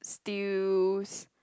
steaws